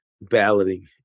balloting